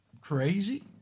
crazy